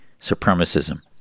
supremacism